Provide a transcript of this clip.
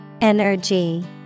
Energy